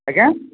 ଆଜ୍ଞା